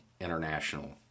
international